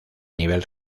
nivel